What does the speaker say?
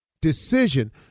decision